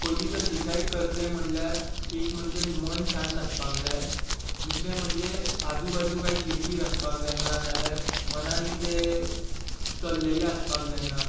पयलीं तर डिसायड करतलें म्हळ्यार एक म्हणजें मन शांत आसपाक जाय दुसरें म्हणजें आजू बाजू काय किरकिर आसपाक जायना ना जाल्यार मनांत कितें चलिल्लें आसपाक जायना